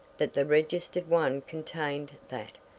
that the registered one contained that!